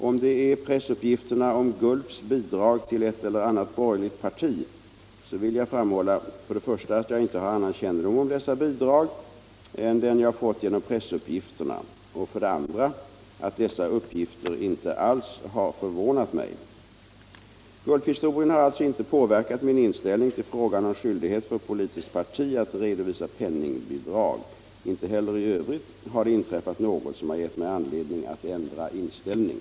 Om det är pressuppgifterna om GULF:s bidrag till ett eller annat borgerligt parti vill jag framhålla för det första att jag inte har annan kännedom om dessa bidrag än den jag har fått genom pressuppgifterna och för det andra att dessa uppgifter inte alls har förvånat mig. GULF-historien har alltså inte påverkat min inställning till frågan om skyldighet för politiskt parti att redovisa penningbidrag. Inte heller i övrigt har det inträffat något som har gett mig anledning att ändra inställning.